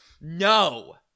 No